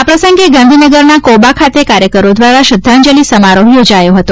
આ પ્રસંગે ગાંધીનગરના કોબા ખાતે કાર્યકરો દ્વારા શ્રદ્ધાંજલિ સમારોહ યોજાયો હતો